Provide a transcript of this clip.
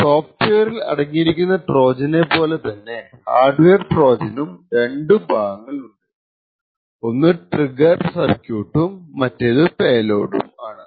സോഫ്ട്വെയറിൽ അടങ്ങിയിരിക്കുന്ന ട്രോജനെ പോലെ തന്നെ ഹാർഡ് വെയർ ട്രോജനും രണ്ടു ഭാഗങ്ങൾ ഉണ്ട് ഒന്ന് ഒരു ട്രിഗർ സർക്യൂട്ടും മറ്റേതു പേ ലോഡും ആണ്